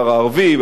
הדרוזי,